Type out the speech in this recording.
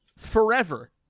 Forever